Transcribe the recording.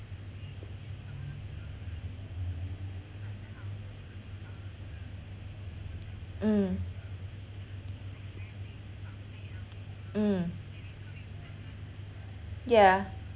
mm mm yeah